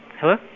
Hello